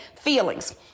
Feelings